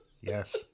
yes